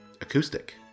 acoustic